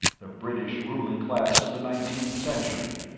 the british ruling class of the nineteenth century.